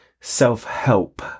self-help